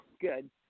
Good